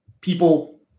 people